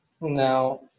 now